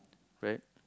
right